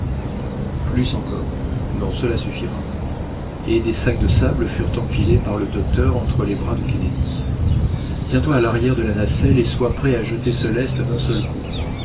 plus encore non cela suffira et des sacs de sable furent empilés par le docteur entre les bras de kennedy tiens-toi à l'arrière de la nacelle et sois prêt à jeter ce lest d'un seul coup